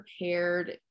prepared